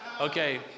Okay